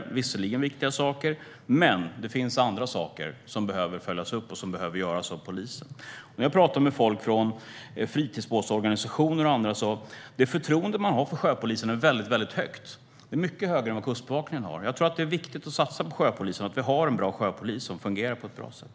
Det är visserligen viktiga saker, men det finns annat som behöver följas upp och göras av polisen. Jag har pratat med folk från fritidsbåtsorganisationer och andra, och förtroendet för sjöpolisen är väldigt högt, mycket högre än för Kustbevakningen. Det är viktigt att satsa på sjöpolisen och att den fungerar på ett bra sätt.